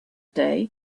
day